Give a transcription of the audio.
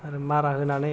आरो मारा होनानै